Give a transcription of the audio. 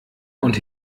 und